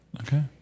Okay